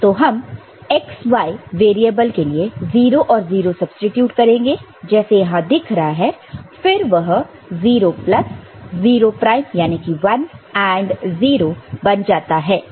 तो हम x y variable के लिए 0 और 0 सब्सीट्यूट करेंगे जैसे यहां दिख रहा है फिर वह 0 प्लस 0 प्राइम यानी कि 1 AND 0 बन जाता है